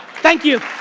thank you,